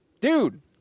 dude